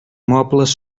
mobles